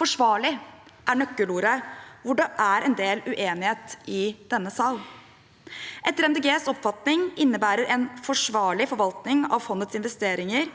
«Forsvarlig» er nøkkelordet, hvor det er en del uenighet i denne sal. Etter Miljøpartiet De Grønnes oppfatning innebærer en forsvarlig forvaltning av fondets investeringer